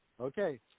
Okay